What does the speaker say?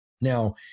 Now